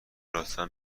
لطفا